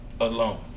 Alone